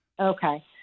Okay